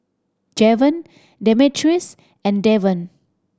Javon Demetrius and Devan